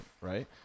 Right